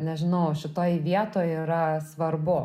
nežinau šitoj vietoj yra svarbu